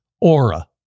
Aura